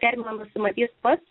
terminą nusimatys pats